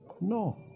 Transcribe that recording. No